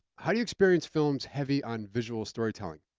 how do you experience films heavy on visual story-telling?